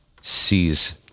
sees